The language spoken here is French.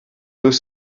deux